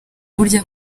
burya